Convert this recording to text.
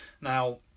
Now